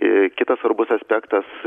ir kitas svarbus aspektas